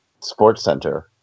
SportsCenter